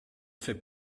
fait